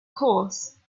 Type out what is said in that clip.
course